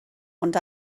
ond